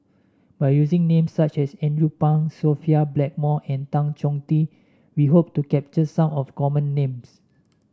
by using names such as Andrew Phang Sophia Blackmore and Tan Choh Tee we hope to capture some of the common names